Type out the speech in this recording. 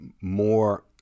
more